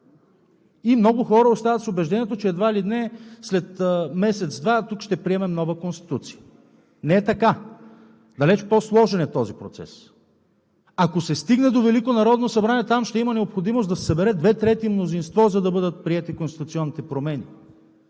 и много хора остават с убеждението, че едва ли не след месец-два тук ще приемем нова Конституция. Не е така! Далеч по-сложен е този процес. Ако се стигне до Велико народно събрание, там ще има необходимост да се съберат две трети мнозинство, за да бъдат приети конституционните промени.